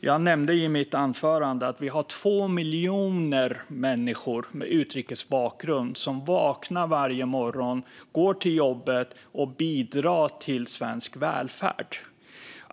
Jag nämnde i mitt anförande att vi har 2 miljoner människor med utrikesbakgrund som vaknar varje morgon och går till jobbet och bidrar till svensk välfärd.